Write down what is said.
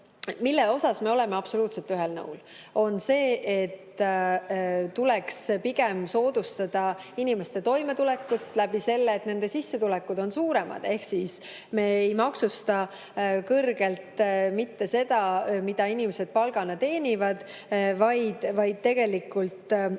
milles me oleme absoluutselt ühel nõul, on see, et pigem tuleks soodustada inimeste toimetulekut läbi selle, et nende sissetulekud oleksid suuremad, ehk et me ei maksustaks kõrgelt mitte seda, mida inimesed palgana teenivad, vaid tegelikult